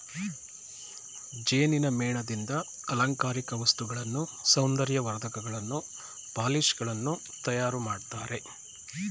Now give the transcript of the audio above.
ಜೇನಿನ ಮೇಣದಿಂದ ಅಲಂಕಾರಿಕ ವಸ್ತುಗಳನ್ನು, ಸೌಂದರ್ಯ ವರ್ಧಕಗಳನ್ನು, ಪಾಲಿಶ್ ಗಳನ್ನು ತಯಾರು ಮಾಡ್ತರೆ